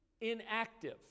inactive